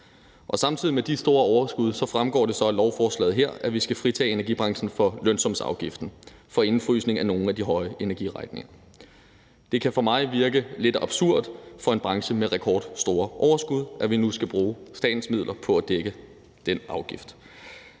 Samtidig med de store overskud fremgår det så af lovforslaget her, at vi skal fritage energibranchen for lønsumsafgiften for indefrysning af nogle af de høje energiregninger. Det kan for mig virke lidt absurd for en branche med rekordstore overskud, at vi nu skal bruge statens midler på at dække den afgift.